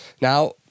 Now